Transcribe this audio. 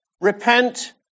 Repent